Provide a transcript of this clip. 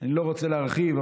אני לא רוצה להרחיב,